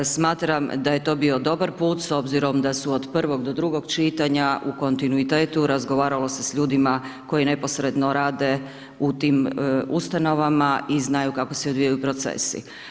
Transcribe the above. Smatram da je to bio dobar put s obzirom da su od prvog do drugog čitanja u kontinuitetu, razgovaralo se s ljudima koji neposredno rade u tim ustanovama i znaju kako se odvijaju procesi.